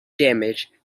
damage